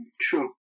True